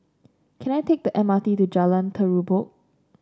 can I take the M R T to Jalan Terubok